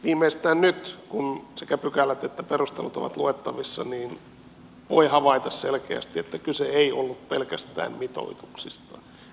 viimeistään nyt kun sekä pykälät että perustelut ovat luettavissa voi havaita selkeästi että kyse ei ollut pelkästään mitoituksista